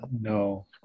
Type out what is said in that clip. no